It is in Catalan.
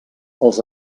els